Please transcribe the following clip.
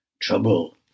Trouble